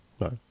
No